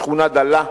שכונה דלה,